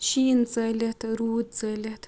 شیٖن ژٲلِتھ روٗد ژٲلِتھ